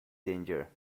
danger